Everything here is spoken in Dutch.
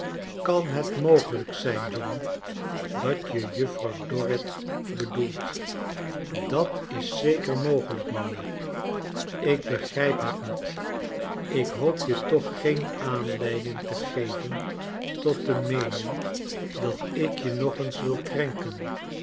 kan het mogelijk zijn john dat je juffrouw dorrit bedoelt dat is zeker mogelijk mijnheer ik begrijp het niet ik hoop je toch geen aanleiding te geven tot de meening dat ik je nog eens wil krenken